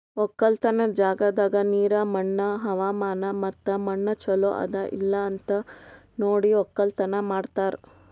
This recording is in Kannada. ಒಕ್ಕಲತನದ್ ಜಾಗದಾಗ್ ನೀರ, ಮಣ್ಣ, ಹವಾಮಾನ ಮತ್ತ ಮಣ್ಣ ಚಲೋ ಅದಾ ಇಲ್ಲಾ ಅಂತ್ ನೋಡಿ ಒಕ್ಕಲತನ ಮಾಡ್ತಾರ್